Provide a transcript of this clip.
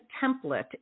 template